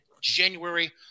January